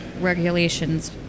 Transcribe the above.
regulations